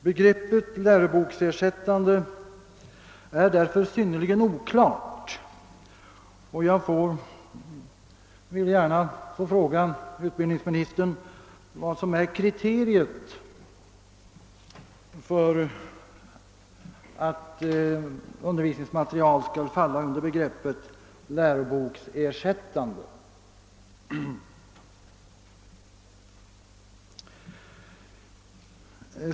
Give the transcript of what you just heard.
Begreppet läroboksersättande är därför synnerligen oklart, och jag vill gärna fråga utbildningsministern vad som är kriteriet för att undervisningsmateriel skall falla under begreppet läroboksersättande.